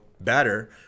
better